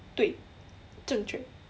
对正确